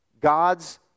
God's